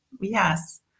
Yes